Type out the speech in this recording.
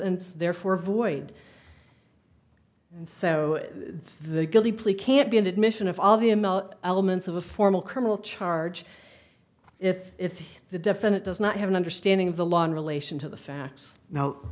and therefore void so the guilty plea can't be an admission of all the m l elements of a formal criminal charge if the defendant does not have an understanding of the law in relation to the facts now